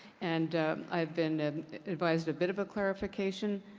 and i've been advised a bit of a clarification.